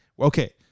Okay